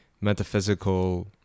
metaphysical